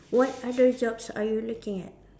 what other jobs are you looking at